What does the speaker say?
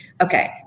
okay